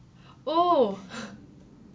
oh